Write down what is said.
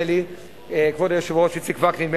כבוד היושב-ראש איציק וקנין,